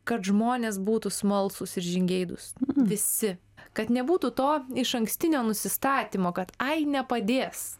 kad žmonės būtų smalsūs ir žingeidūs visi kad nebūtų to išankstinio nusistatymo kad ai nepadės